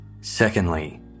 Secondly